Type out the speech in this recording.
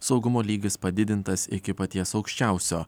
saugumo lygis padidintas iki paties aukščiausio